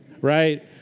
right